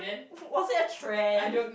was that a trend